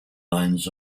lines